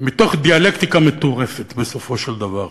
מתוך דיאלקטיקה מטורפת, בסופו של דבר.